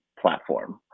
platform